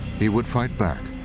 he would fight back,